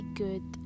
good